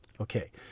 Okay